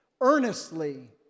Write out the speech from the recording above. Earnestly